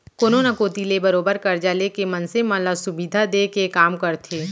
कोनो न कोती ले बरोबर करजा लेके मनसे मन ल सुबिधा देय के काम करथे